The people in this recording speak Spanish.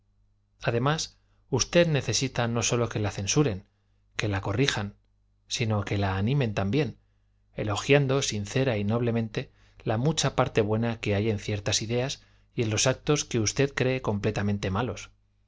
además usted necesita no sólo que la censuren que la corrijan sino que la animen también elogiando sincera y noblemente la mucha parte buena que hay en ciertas ideas y en los actos que usted cree completamente malos